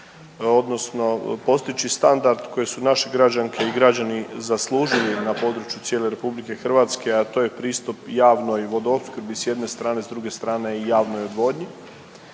odnosno postići standard koji su naše građanke i građani zaslužili na području cijele RH, a to je pristup javnoj Vodoopskrbi s jedne strane, s druge strane i javnoj vodi.